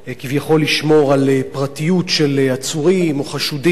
כביכול לשמור על פרטיות של עצורים או חשודים,